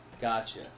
Gotcha